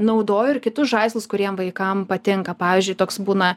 naudoju ir kitus žaislus kuriem vaikam patinka pavyzdžiui toks būna